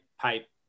pipe